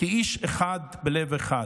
"כאיש אחד בלב אחד".